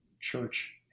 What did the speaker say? church